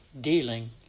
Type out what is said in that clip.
dealing